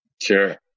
Sure